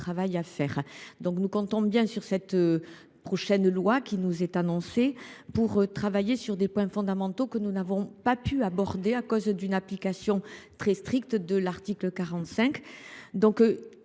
et nous comptons sur le futur projet de loi qui est annoncé pour travailler sur les points fondamentaux que nous n’avons pas pu aborder ici à cause d’une application très stricte de l’article 45.